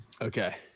Okay